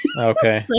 Okay